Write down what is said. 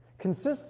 consists